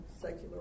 secular